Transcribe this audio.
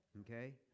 okay